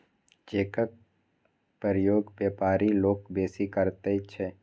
चेकक प्रयोग बेपारी लोक बेसी करैत छै